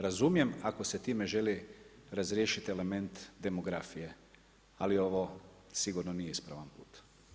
Razumijem ako se time želi razriješiti element demografije, ali ovo sigurno nije ispravan put.